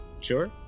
Sure